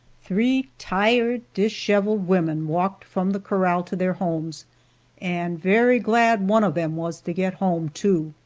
three tired, disheveled women walked from the corral to their homes and very glad one of them was to get home, too!